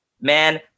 man